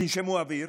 תנשמו אוויר